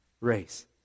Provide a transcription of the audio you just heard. race